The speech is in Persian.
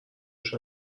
روش